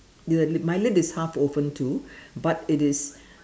you know that my lid is half open too but it is